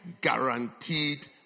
guaranteed